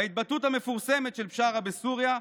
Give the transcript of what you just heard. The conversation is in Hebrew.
וההתבטאות המפורסמת של בשארה בסוריה,